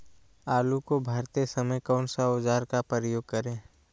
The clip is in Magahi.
आलू को भरते समय कौन सा औजार का प्रयोग करें?